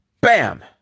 bam